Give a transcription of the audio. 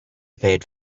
paid